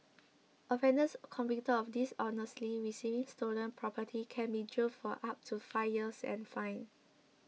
offenders convicted of dishonestly receiving stolen property can be jailed for up to five years and fined